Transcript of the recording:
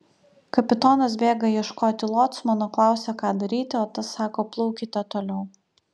kapitonas bėga ieškoti locmano klausia ką daryti o tas sako plaukite toliau